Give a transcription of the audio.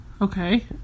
Okay